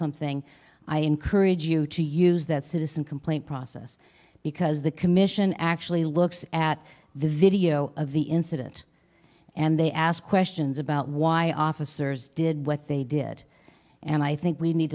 something i encourage you to use that citizen complaint process because the commission actually looks at the video of the incident and they ask questions about why officers did what they did and i think we need